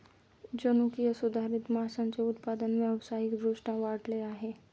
जनुकीय सुधारित माशांचे उत्पादन व्यावसायिक दृष्ट्या वाढले आहे